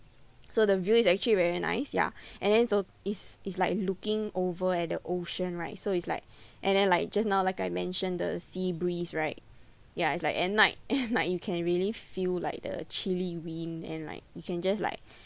so the view is actually very nice ya and then so it's it's like looking over at the ocean right so it's like and then like just now like I mentioned the sea breeze right ya it's like at night at night you can really feel like the chilly wind and like you can just like